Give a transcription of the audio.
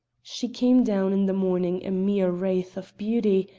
she came down in the morning a mere wraith of beauty,